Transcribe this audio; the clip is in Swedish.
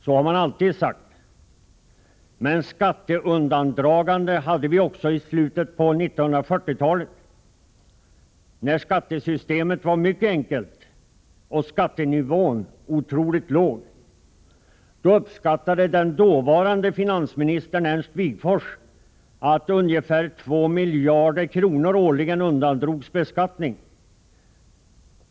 Så har man alltid sagt. Men skatteundandragande hade vi också i slutet på 1940-talet, när skattesystemet var mycket enkelt och skattenivån otroligt låg. På den tiden uppskattade den dåvarande finansministern Ernst Wigforss att ungefär 2 miljarder kronor årligen undandrogs beskattning.